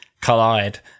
collide